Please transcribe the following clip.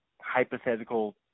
hypothetical